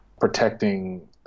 protecting